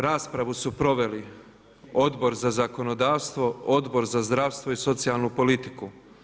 Raspravu su proveli Odbor za zakonodavstvo, Odbor za zdravstvo i socijalnu politiku.